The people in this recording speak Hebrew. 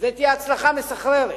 זו תהיה הצלחה מסחררת.